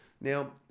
Now